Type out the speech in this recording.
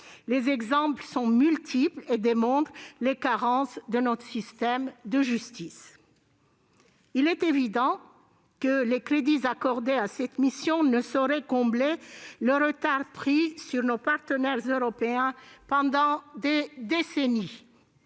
Les exemples sont multiples et démontrent les carences de notre système de justice. Il est évident que les crédits accordés à cette mission ne sauraient combler le retard pris sur nos partenaires européens pendant des décennies.